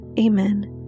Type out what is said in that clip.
Amen